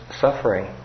suffering